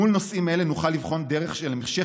מול נושאים אלה נוכל לבחור בדרך של המשך